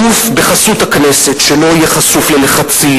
גוף בחסות הכנסת שלא יהיה חשוף ללחצים,